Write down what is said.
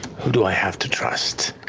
who do i have to trust?